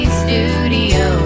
studio